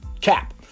cap